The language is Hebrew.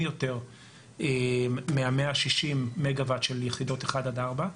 יותר מה-160 מגה וואט של יחידות 1-4,